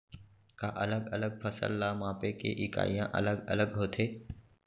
का अलग अलग फसल ला मापे के इकाइयां अलग अलग होथे?